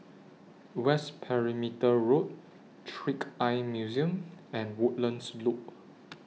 West Perimeter Road Trick Eye Museum and Woodlands Loop